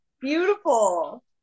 beautiful